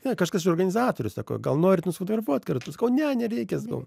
ne kažkas iš organizatorių sako gal norit nusifotografuot kartu sakau ne nereikia sakau